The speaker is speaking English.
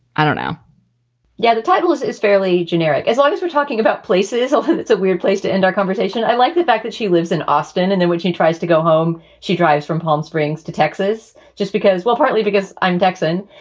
i don't know yeah, the titlist is fairly generic. as long as we're talking about places, and it's a weird place to end our conversation. i like the fact that she lives in austin and then when she tries to go home, she drives from palm springs to texas just because well, partly because i'm texan,